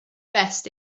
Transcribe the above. best